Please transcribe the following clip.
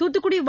தூத்துக்குடி வ